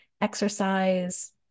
exercise